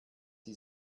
die